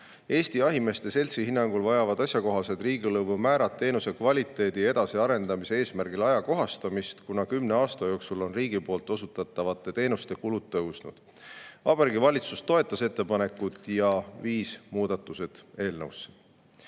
Eesti Jahimeeste Seltsi hinnangul vajavad asjakohased riigilõivumäärad teenuse kvaliteedi edasiarendamise eesmärgil ajakohastamist, kuna kümne aasta jooksul on riigi osutatavate teenuste kulud tõusnud. Vabariigi Valitsus toetas ettepanekut ja tegi eelnõus